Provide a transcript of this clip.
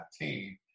team